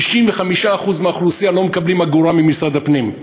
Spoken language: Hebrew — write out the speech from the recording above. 65% מהאוכלוסייה לא מקבלים אגורה ממשרד הפנים.